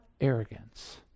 arrogance